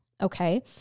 okay